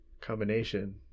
Combination